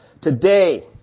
Today